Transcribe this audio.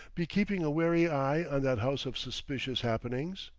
be keeping a wary eye on that house of suspicious happenings?